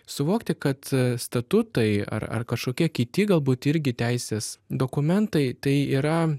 suvokti kad statutai ar ar kažkokie kiti galbūt irgi teisės dokumentai tai yra